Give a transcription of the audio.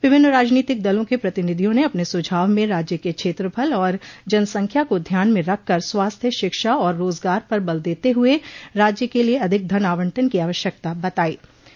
विभिन्न राजनीतिक दलों के प्रतिनिधियों ने अपने सुझाव में राज्य के क्षेत्रफल और जनसंख्या को ध्यान में रखकर स्वास्थ्य शिक्षा और रोजगार पर बले देते हुए राज्य के लिए अधिक धन आवंटन की आवश्यकता बतायी